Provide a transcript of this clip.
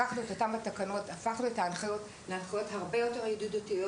לקחנו את התקנות והפכנו את זה להנחיות הרבה יותר ידידותיות